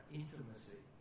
intimacy